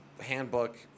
handbook